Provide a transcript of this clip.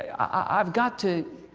ah i've got to